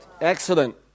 Excellent